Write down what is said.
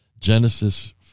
Genesis